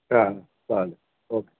अच्छा चलो ओके